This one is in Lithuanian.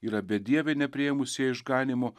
yra bedieviai nepriėmusieji išganymo